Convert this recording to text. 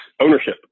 ownership